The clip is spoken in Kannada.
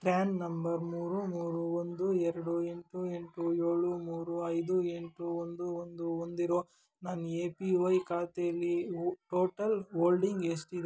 ಪ್ರ್ಯಾನ್ ನಂಬರ್ ಮೂರು ಮೂರು ಒಂದು ಎರಡು ಎಂಟು ಎಂಟು ಏಳು ಮೂರು ಐದು ಎಂಟು ಒಂದು ಒಂದು ಹೊಂದಿರೋ ನನ್ನ ಎ ಪಿ ವೈ ಖಾತೇಲಿ ಒ ಟೋಟಲ್ ಓಲ್ಡಿಂಗ್ ಎಷ್ಟಿದೆ